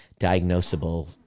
diagnosable